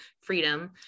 freedom